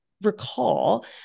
recall